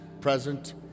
present